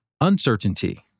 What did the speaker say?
uncertainty